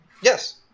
Yes